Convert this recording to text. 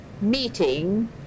meeting